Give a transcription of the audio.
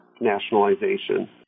nationalization